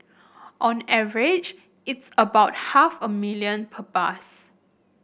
on average it's about half a million per bus